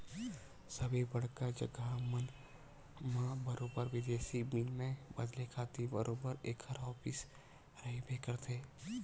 सबे बड़का जघा मन म बरोबर बिदेसी बिनिमय बदले खातिर बरोबर ऐखर ऑफिस रहिबे करथे